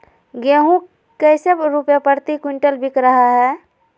गेंहू कैसे रुपए प्रति क्विंटल बिक रहा है?